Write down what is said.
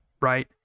Right